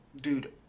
dude